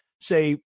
say